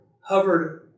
hovered